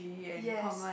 yes